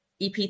EP